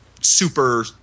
super